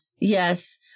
Yes